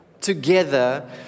together